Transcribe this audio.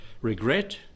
regret